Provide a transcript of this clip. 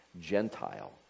Gentile